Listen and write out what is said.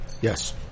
Yes